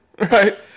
right